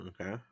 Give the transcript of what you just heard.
Okay